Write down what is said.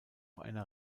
einer